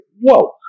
whoa